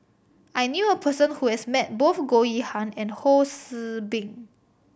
I knew a person who has met both Goh Yihan and Ho See Beng